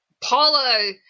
Paula